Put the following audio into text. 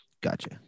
Gotcha